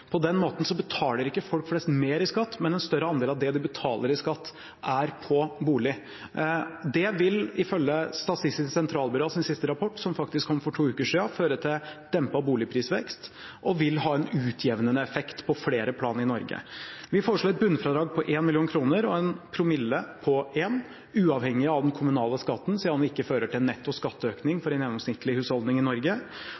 På den måten betaler ikke folk flest mer i skatt, men en større andel av det de betaler i skatt, er på bolig. Det vil ifølge Statistisk sentralbyrås siste rapport, som faktisk kom for to uker siden, føre til dempet boligprisvekst og vil ha en utjevnende effekt på flere plan i Norge. Vi foreslår et bunnfradrag på 1 mill. kr og en promille på 1 uavhengig av den kommunale skatten, siden det ikke fører til netto skatteøkning for en gjennomsnittlig husholdning i Norge.